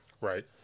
Right